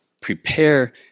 prepare